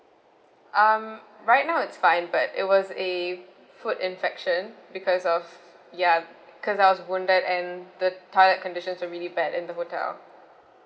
um right now it's fine but it was a foot infection because of ya because I was wounded and the toilet conditions are really bad in the hotel